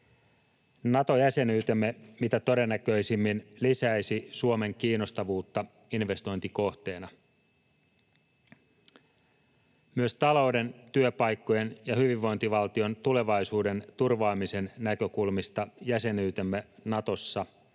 Nato-jäsenyytemme mitä todennäköisimmin lisäisi Suomen kiinnostavuutta investointikohteena. Myös talouden, työpaikkojen ja hyvinvointivaltion tulevaisuuden turvaamisen näkökulmista jäsenyytemme Natossa on